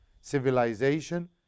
civilization